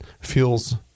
feels